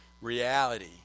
reality